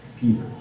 Peter